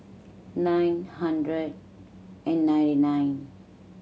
nine hundred and ninety nine